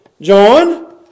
John